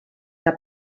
que